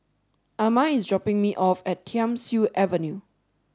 Ama is dropping me off at Thiam Siew Avenue